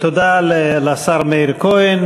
תודה לשר מאיר כהן.